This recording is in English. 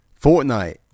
fortnite